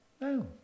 No